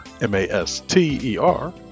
M-A-S-T-E-R